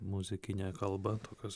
muzikinė kalba tokios